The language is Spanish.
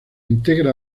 integra